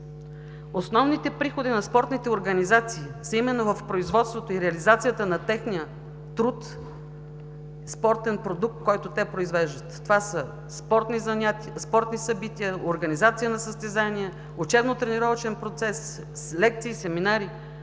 Основните приходи на спортните организации са именно в производството и реализацията на техния труд и спортен продукт, който те произвеждат. Това са спортни събития, организация на състезания, учебно-тренировъчен процес, лекции, семинари.